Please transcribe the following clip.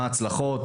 מה ההצלחות,